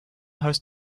hosts